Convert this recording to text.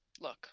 look